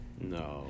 No